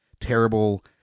terrible